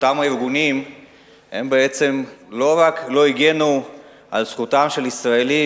אותם ארגונים לא רק לא הגנו על זכותם של ישראלים